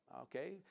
Okay